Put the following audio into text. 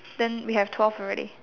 then we have twelve already